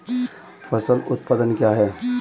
फसल उत्पादन क्या है?